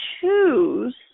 choose